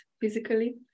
physically